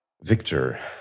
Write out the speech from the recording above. Victor